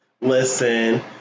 Listen